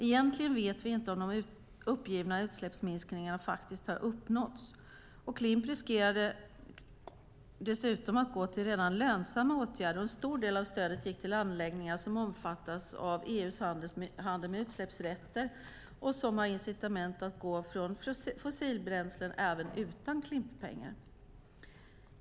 Egentligen vet vi inte om de uppgivna utsläppsminskningarna faktiskt har uppnåtts. Klimp riskerade dessutom att gå till redan lönsamma åtgärder, och en stor del av stödet gick till anläggningar som omfattas av EU:s handel med utsläppsrätter och till sådant som har incitament att gå ifrån fossilbränslen även utan Klimppengar.